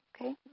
Okay